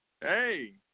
Hey